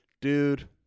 Dude